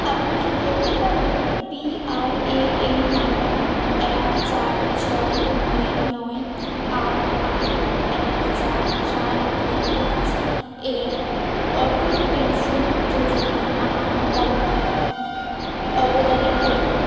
আপনি কি দেখতে পারেন পিআরএএন নাম্বার এক চার ছয় নয় নয় আট আট এক চার সাত দুই পাঁচ এর অটল পেনশন যোজনা আমার অব অবদানের পরিমাণ